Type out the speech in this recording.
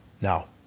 Now